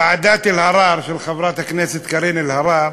ועדת אלהרר, של חברת הכנסת קארין אלהרר.